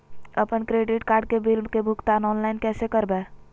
अपन credit card के bill के भुगतान ऑनलाइन कैसे करबैय?